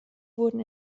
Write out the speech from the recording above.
wurden